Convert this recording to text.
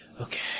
okay